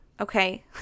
Okay